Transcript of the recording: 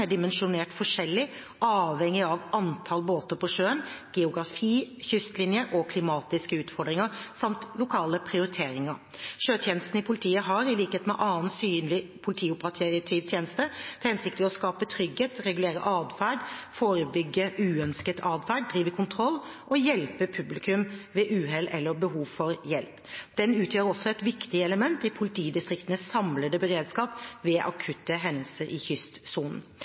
er dimensjonert forskjellig avhengig av antall båter på sjøen, geografi, kystlinje og klimatiske utfordringer samt lokale prioriteringer. Sjøtjenesten i politiet har, i likhet med annen synlig politioperativ tjeneste, til hensikt å skape trygghet, regulere atferd, forebygge uønsket atferd, drive kontroll og hjelpe publikum ved uhell eller behov for hjelp. Den utgjør også et viktig element i politidistriktenes samlede beredskap ved akutte hendelser i kystsonen.